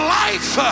life